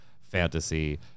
Fantasy